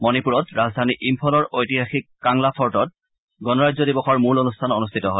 মণিপুৰত ৰাজধানী ইম্ফলৰ ঐতিহাসিক কাংলা ফৰ্টত গণৰাজ্য দিৱসৰ মুল অনুষ্ঠান অনুষ্ঠিত হয়